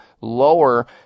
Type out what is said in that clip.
lower